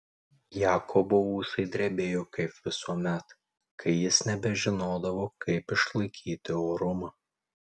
jakobo ūsai drebėjo kaip visuomet kai jis nebežinodavo kaip išlaikyti orumą